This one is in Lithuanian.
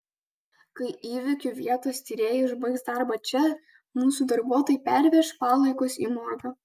kai įvykio vietos tyrėjai užbaigs darbą čia mūsų darbuotojai perveš palaikus į morgą